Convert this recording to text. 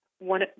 one